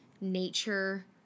nature